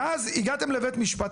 ואז הגעתם לבית משפט.